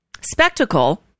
spectacle